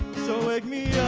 so wake me